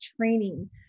training